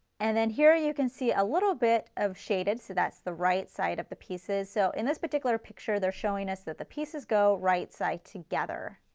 and then here you can see a little bit of shaded so that's the right side of the pieces. so in this particular picture they're showing us that the pieces go right side together.